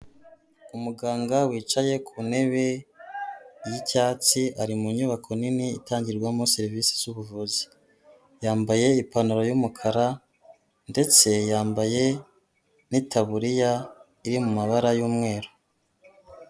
Umuganga wicaye ku ntebe y'icyatsi ari mu nyubako nini itangirwamo serivisi z'ubuvuzi, yambaye ipantaro y'umukara ndetse yambaye n'itaburiya iri mu mabara y'umweru.